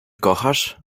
kochasz